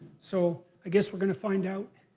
so, i guess we're gonna find out.